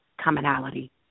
commonality